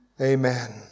Amen